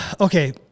okay